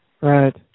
Right